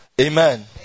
Amen